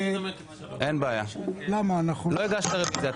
לא הגשת רוויזיה.